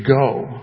go